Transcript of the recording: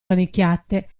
rannicchiate